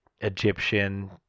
Egyptian